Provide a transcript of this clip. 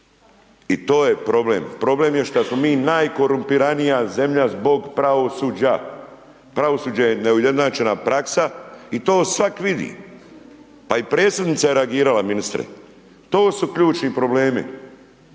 i to je problem. Problem je što smo mi najkorumpiranija zemlja zbog pravosuđe. Pravosuđe je neujednačena praksa i to svak vidi, pa i predsjednica je reagirala ministre. To su ključni problemi.